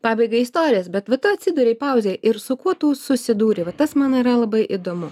pabaigai istorijas bet va tu atsiduri į pauzę ir su kuo tu susidūrei va tas man yra labai įdomu